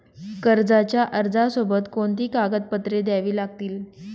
कर्जाच्या अर्जासोबत कोणती कागदपत्रे द्यावी लागतील?